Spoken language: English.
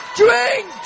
drink